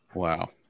wow